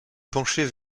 pencher